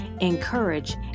encourage